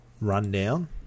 rundown